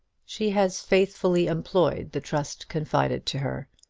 she has faithfully employed the trust confided to her.